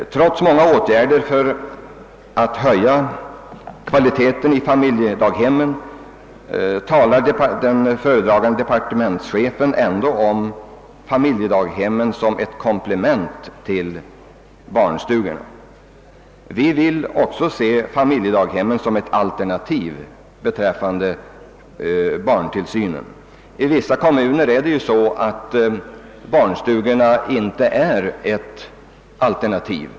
Trots många åtgärder för att höja kvaliteten i familjedaghemmen talar den föredragande departementschefen ändå om familjedaghemmen som ett komplement till barnstugorna. Vi vill också se familjedaghemmen som ett alternativ beträffande barntillsynen. I vissa kommuner utgör nämligen inte barnstugorna något alternativ.